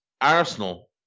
Arsenal